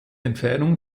entfernung